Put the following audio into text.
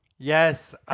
Yes